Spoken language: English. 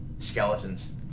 Skeletons